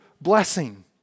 blessing